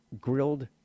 grilled